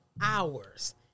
hours